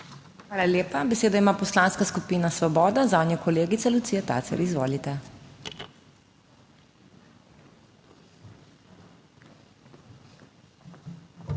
Hvala lepa. Besedo ima Poslanska skupina Svoboda, zanjo kolegica Lucija Tacer. Izvolite.